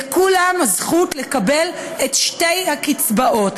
לכולם הזכות לקבל את שתי הקצבאות.